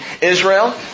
Israel